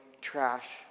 trash